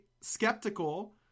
skeptical